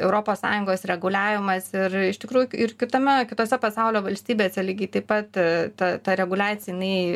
europos sąjungos reguliavimas ir iš tikrųjų ir kitame kitose pasaulio valstybėse lygiai taip pat ta ta reguliacija inai